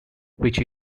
which